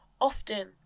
often